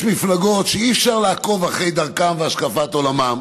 יש מפלגות שאי-אפשר לעקוב אחרי דרכן והשקפת עולמן,